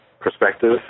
perspective